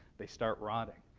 they start rotting,